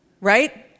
Right